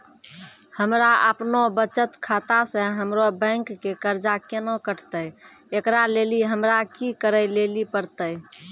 हमरा आपनौ बचत खाता से हमरौ बैंक के कर्जा केना कटतै ऐकरा लेली हमरा कि करै लेली परतै?